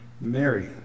Mary